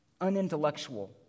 unintellectual